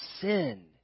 sin